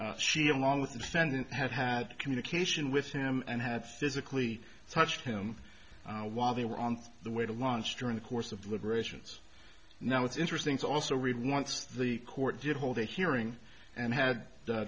that she along with the defendant had had communication with him and had physically touched him while they were on the way to once during the course of deliberations now what's interesting is also read once the court did hold a hearing and had